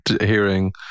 hearing